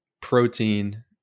protein